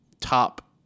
top